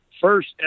first